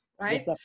right